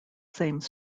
same